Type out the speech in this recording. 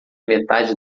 metade